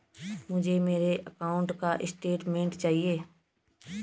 मुझे मेरे अकाउंट का स्टेटमेंट चाहिए?